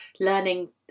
learning